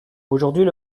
aujourd’hui